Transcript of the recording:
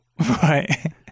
Right